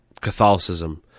Catholicism